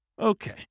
Okay